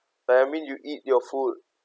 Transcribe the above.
but I mean you eat your food